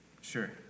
Sure